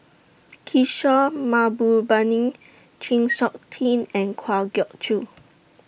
Kishore Mahbubani Chng Seok Tin and Kwa Geok Choo